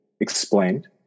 explained